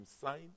sign